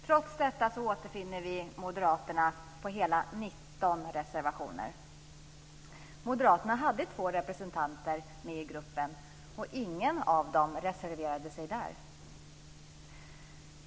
Trots detta återfinner vi Moderaterna i hela 19 reservationer. Moderaterna hade två representanter med i gruppen, och ingen av dem reserverade sig där.